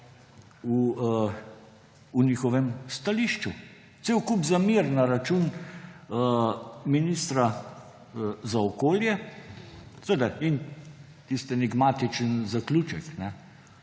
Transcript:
v njihovem stališču. Cel kup zamer na račun ministra za okolje, seveda. In tisti enigmatičen zaključen,